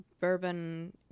bourbon